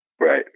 Right